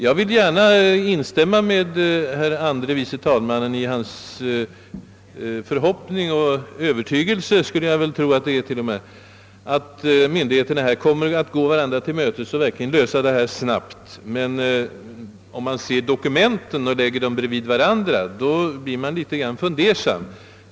Jag vill gärna instämma med herr andre vice talmannen i hans förboppning — ja, jag skulle tro att det t.o.m. är hans övertygelse — att myndigheterna i denna fråga likväl kommer att gå varandra till mötes och verkligen söker snabbt lösa problemet. Men om man lägger föreliggande dokument bredvid varandra och närmare studerar dem blir man en aning tveksam.